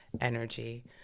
energy